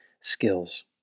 skills